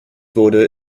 wurde